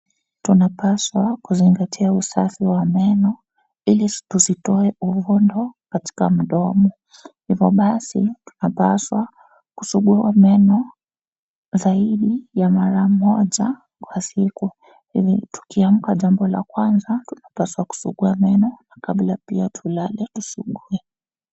Tunapaswa kuzingatia usafi wa meno ili tusitoe uvundo katika mdomo, ivo basi tunapaswa kusungua meno zaidi ya mara moja kwa siku. Hivi tukiamka jambo la kwanza tunapaswa kusungua meno na kabla pia tulale tusugue.